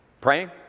Praying